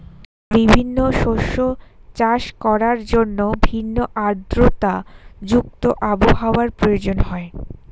বিভিন্ন শস্য চাষ করার জন্য ভিন্ন আর্দ্রতা যুক্ত আবহাওয়ার প্রয়োজন হয়